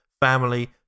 family